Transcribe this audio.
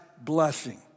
blessing